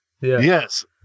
Yes